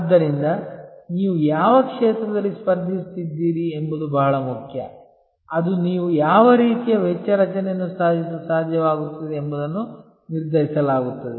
ಆದ್ದರಿಂದ ನೀವು ಯಾವ ಕ್ಷೇತ್ರದಲ್ಲಿ ಸ್ಪರ್ಧಿಸುತ್ತಿದ್ದೀರಿ ಎಂಬುದು ಬಹಳ ಮುಖ್ಯ ಅದು ನೀವು ಯಾವ ರೀತಿಯ ವೆಚ್ಚ ರಚನೆಯನ್ನು ಸಾಧಿಸಲು ಸಾಧ್ಯವಾಗುತ್ತದೆ ಎಂಬುದನ್ನು ನಿರ್ಧರಿಸಲಾಗುತ್ತದೆ